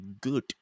good